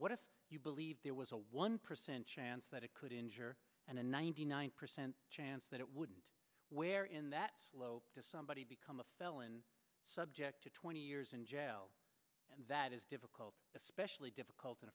what if you believed there was a one percent chance that it could injure and ninety nine percent chance that it wouldn't where in that somebody become a felon subject to twenty years in jail that is difficult especially difficult in